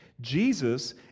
Jesus